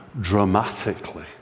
dramatically